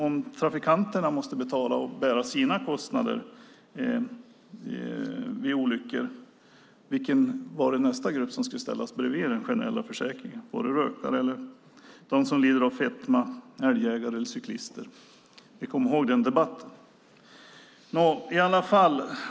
Om trafikanterna måste betala och bära sina kostnader vid olyckor, vilken blir då nästa grupp som ska ställas bredvid den generella försäkringen? Är det rökare, de som lider av fetma, älgjägare eller cyklister? Vi kommer ihåg den debatten.